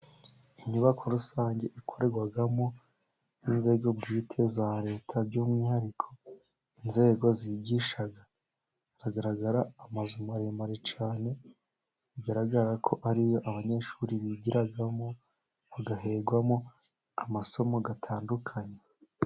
Inyubako rusange ikorerwamo n'inzego bwite za Leta, by'umwihariko inzego zigisha haragaragara amazu maremare cyane, bigaragara ko ariyo abanyeshuri bigiramo bagahegwamo amasomo atandukanye.